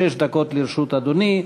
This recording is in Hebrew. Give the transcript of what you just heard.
שש דקות לרשות אדוני.